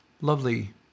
lovely